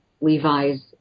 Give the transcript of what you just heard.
Levi's